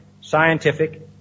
scientific